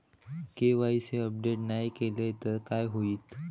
KYC update नाय केलय तर काय होईत?